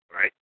right